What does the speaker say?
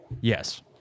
Yes